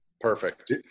Perfect